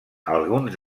alguns